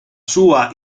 sua